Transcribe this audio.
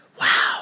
wow